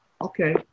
Okay